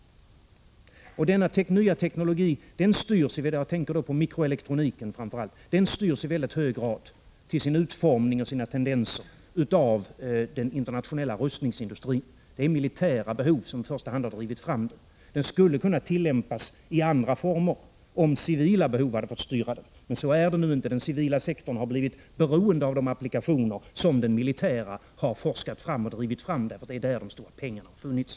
Denna nya teknologi — jag tänker nu på mikroelektroniken framför allt — styrs i mycket hög grad till sin utformning och sina tendenser av den internationella rustningsindustrin. Det är militära behov som i första hand har drivit fram den. Den skulle kunna tillämpas i andra former om civila behov hade fått styra den, men så är det nu inte. Den civila sektorn har blivit beroende av de applikationer som den militära har forskat fram och drivit fram. Det är där de stora pengarna har funnits.